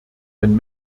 wenn